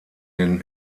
den